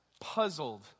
puzzled